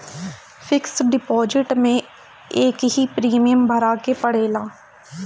fix deposit में एकही premium भरे के पड़ेला